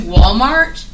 Walmart